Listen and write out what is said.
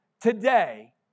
today